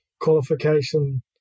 qualification